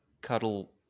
cuddle